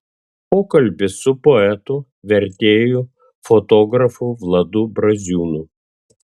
pokalbis su poetu vertėju fotografu vladu braziūnu